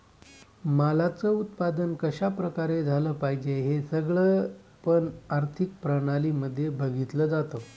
मालाच उत्पादन कशा प्रकारे झालं पाहिजे हे सगळं पण आर्थिक प्रणाली मध्ये बघितलं जातं